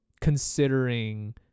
considering